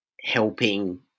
helping